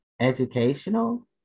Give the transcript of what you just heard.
educational